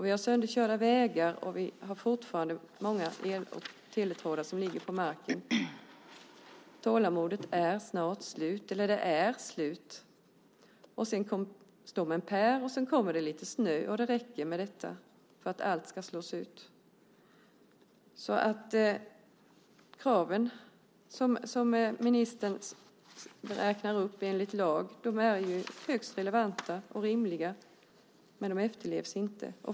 Vi har sönderkörda vägar, och vi har fortfarande många el och teletrådar som ligger på marken. Tålamodet är snart slut, eller det är slut. Sedan kom stormen Per, och sedan kom det lite snö, och det räcker med detta för att allt ska slås ut. De krav som ministern räknar upp, enligt lag, är högst relevanta och rimliga, men de efterlevs inte.